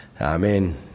amen